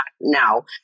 now